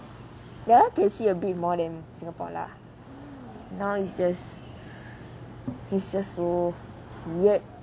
ya can see a bit more than singapore lah now is just is just so weird